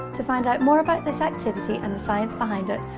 to find out more about the activity, and the science behind it,